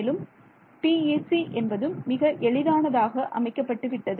மேலும் PEC என்பதும் மிக எளிதானதாக அமைக்கப்பட்டு விட்டது